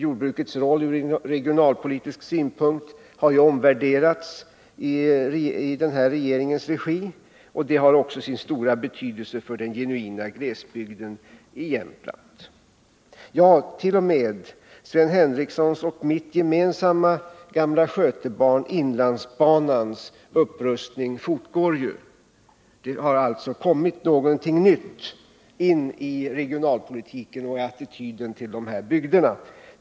Jordbrukets roll ur regionalpolitisk synpunkt har omvärderats i den här regeringens regi, och det har också sin stora betydelse för den genuina glesbygden i Jämtland. Ja, t.o.m. upprustningen av Sven Henricssons och mitt gemensamma gamla skötebarn inlandsbanan fortgår ju. Det har alltså kommit någonting nytt in i regionalpolitiken och i attityden till de här bygderna.